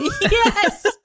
Yes